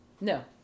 no